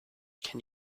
can